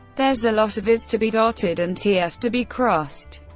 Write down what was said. there's a lot of is to be dotted and ts to be crossed.